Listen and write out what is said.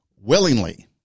willingly